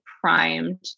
primed